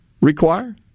require